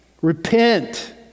Repent